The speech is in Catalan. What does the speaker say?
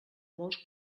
molts